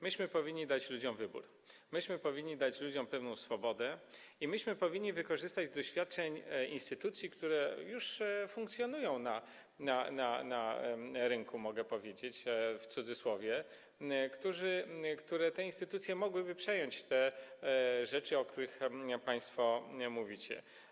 Myśmy powinni dać ludziom wybór, myśmy powinni dać ludziom pewną swobodę i myśmy powinni korzystać z doświadczeń instytucji, które już funkcjonują na rynku, mogę powiedzieć, w cudzysłowie, które mogłyby przejąć te rzeczy, o których państwo mówicie.